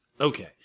Okay